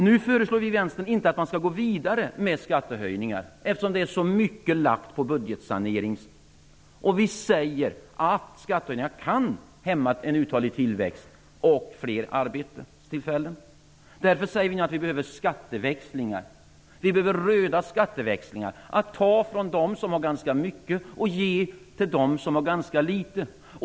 Nu föreslår vi i Vänstern inte att man skall gå vidare med skattehöjningar, eftersom så mycket är lagt på budgetsaneringen. Vi säger att skattehöjningar kan hämma en uthållig tillväxt och fler arbetstillfällen. Därför behöver vi skatteväxlingar, röda skatteväxlingar, dvs. att ta från dem som har ganska mycket och ge till dem som har ganska litet.